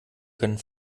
können